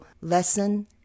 lesson